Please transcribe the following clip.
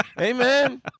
amen